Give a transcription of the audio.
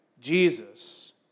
Jesus